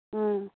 ꯎꯝ